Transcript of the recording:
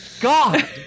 God